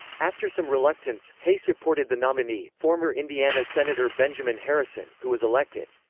after some reluctance, hay supported the nominee, former indiana senator benjamin harrison, who was elected.